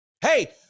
Hey